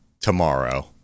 tomorrow